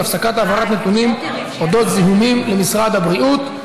הפסקת העברת נתונים על אודות זיהומים למשרד הבריאות,